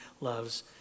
loves